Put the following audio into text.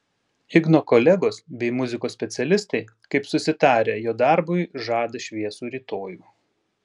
igno kolegos bei muzikos specialistai kaip susitarę jo darbui žada šviesų rytojų